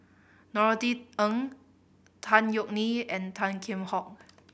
Norothy Ng Tan Yeok Nee and Tan Kheam Hock